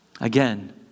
again